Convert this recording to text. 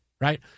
right